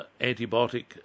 antibiotic